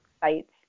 sites